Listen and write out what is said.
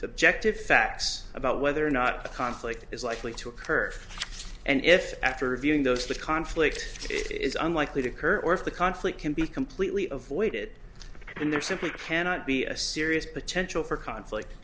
subjective facts about whether or not a conflict is likely to occur and if after reviewing those that conflict it is unlikely to occur or if the conflict can be completely avoided and there simply cannot be a serious potential for conflict